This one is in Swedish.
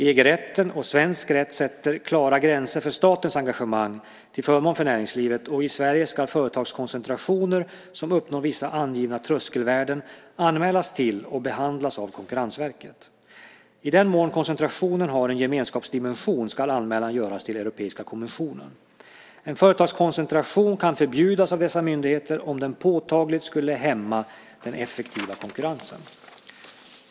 EG-rätten och svensk rätt sätter klara gränser för statens engagemang till förmån för näringslivet, och i Sverige ska företagskoncentrationer som uppnår vissa angivna tröskelvärden anmälas till och behandlas av Konkurrensverket. I den mån koncentrationen har en gemenskapsdimension ska anmälan göras till Europeiska kommissionen. En företagskoncentration kan förbjudas av dessa myndigheter om den påtagligt skulle hämma den effektiva konkurrensen.